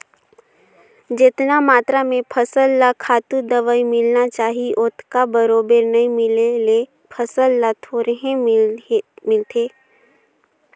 जेतना मातरा में फसल ल खातू, दवई मिलना चाही ओतका बरोबर नइ मिले ले फसल ल थोरहें मिलथे कहूं बेरा म खातू माटी नइ डलय ता